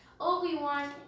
Obi-Wan